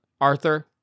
Arthur